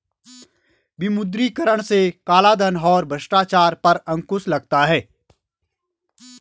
विमुद्रीकरण से कालाधन और भ्रष्टाचार पर अंकुश लगता हैं